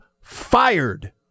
fired